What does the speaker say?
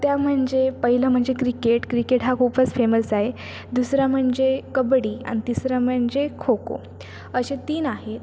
त्या म्हणजे पहिलं म्हणजे क्रिकेट क्रिकेट हा खूपच फेमस आहे दुसरं म्हणजे कबड्डी आणि तिसरं म्हणजे खो खो असे तीन आहे